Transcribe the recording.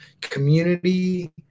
community